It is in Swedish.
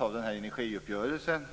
av energiuppgörelsen.